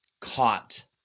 caught